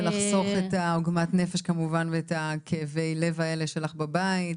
ולחסוך את עוגמת הנפש כמובן ואת כאבי הלב האלה שלך בבית.